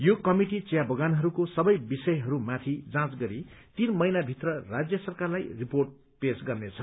यो कमिटि चिया बगानहरूको सबै विषयहरूमाथि जाँच गरी तीन महिनाभित्र राज्य सरकारलाई रिपोर्ट पेश गर्नेछ